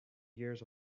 years